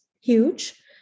huge